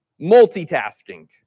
Multitasking